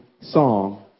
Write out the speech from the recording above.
song